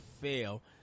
fail